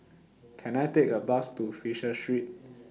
Can I Take A Bus to Fisher Street